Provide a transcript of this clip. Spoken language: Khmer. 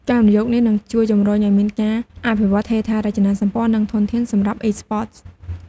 ការវិនិយោគនេះនឹងជួយជំរុញឲ្យមានការអភិវឌ្ឍហេដ្ឋារចនាសម្ព័ន្ធ និងធនធានសម្រាប់ Esports។